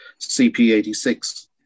CP86